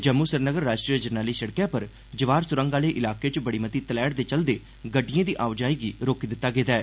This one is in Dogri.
जम्मू श्रीनगर राष्ट्री जरनैली सिड़कै र जवाहर स्रंग आहले इलाके च बड़ी मती तलैहट दे चलदे गड्डिएं दी आओजाई गी रोकी दिता गेदा ऐ